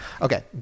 Okay